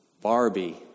Barbie